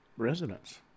Residents